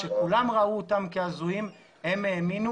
כולם ראו אותם כהזויים אבל הם האמינו